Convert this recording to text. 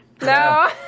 No